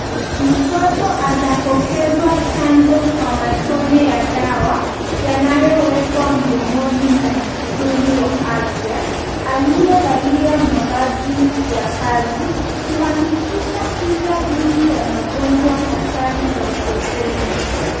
Mtoto anapokezwa chanjo kwa matone ya dawa, yanayowekwa mdomoni na muhudumu wa afya, aliyevalia mavazi ya kazi kuhakikisha kinga dhidi ya magonjwa hatari za utotoni.